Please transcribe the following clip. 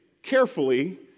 carefully